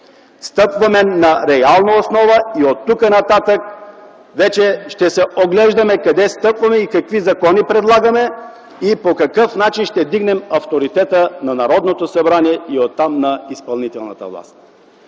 Стъпваме на реална основа и оттук нататък вече ще се оглеждаме къде стъпваме, какви закони предлагаме, и по какъв начин ще вдигнем авторитета на Народното събрание, и оттам – на изпълнителната власт.